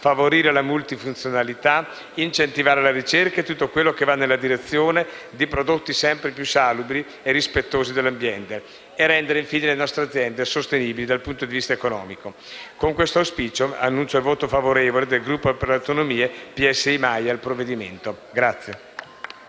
favorire la multifunzionalità, incentivare la ricerca e tutto quello che va nella direzione di prodotti sempre più salubri e rispettosi dell'ambiente e rendere, infine, le nostre aziende sostenibili dal punto di vista economico. Con questo auspicio, annuncio il voto favorevole del Gruppo per le Autonomie-PSI-MAIE al provvedimento in